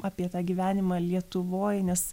apie tą gyvenimą lietuvoj nes